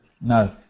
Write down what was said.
No